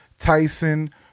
Tyson